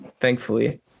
thankfully